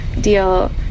deal